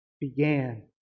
began